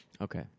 Okay